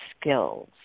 skills